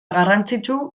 garrantzitsu